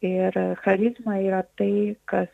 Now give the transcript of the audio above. ir charizma yra tai kas